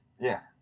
Yes